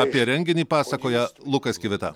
apie renginį pasakoja lukas kivita